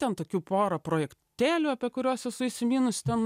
nu ten tokių pora projektėlių apie kuriuos esu įsiminus ten